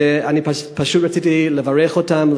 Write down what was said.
אני פשוט רציתי לברך אותם,